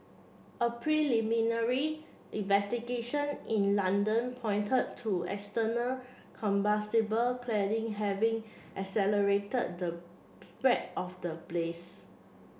a preliminary investigation in London pointed to the external combustible cladding having accelerated the spread of the blaze